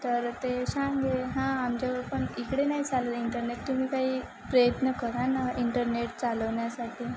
तर ते सांगे हां आमच्याकडं पण इकडे नाही चाललं आहे इंटरनेट तुम्ही काही प्रयत्न करा ना इंटरनेट चालवण्यासाठी